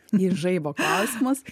į žaibo klausimus